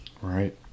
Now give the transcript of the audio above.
Right